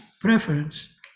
preference